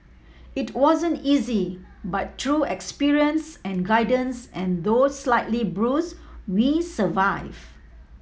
it wasn't easy but through experience and guidance and though slightly bruise we survive